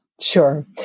Sure